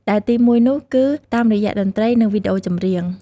ដែលទីមួយនោះគឺ តាមរយៈតន្ត្រី និងវីដេអូចម្រៀង។